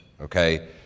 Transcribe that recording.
okay